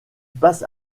passe